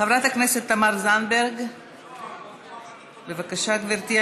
חברת הכנסת תמר זנדברג, בבקשה, גברתי.